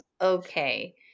Okay